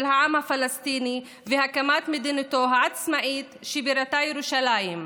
העם הפלסטיני והקמת מדינתו העצמאית שבירתה ירושלים,